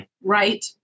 right